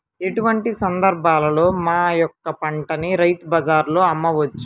ఎటువంటి సందర్బాలలో మా యొక్క పంటని రైతు బజార్లలో అమ్మవచ్చు?